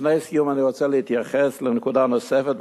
לפני סיום אני רוצה להתייחס לנקודה נוספת,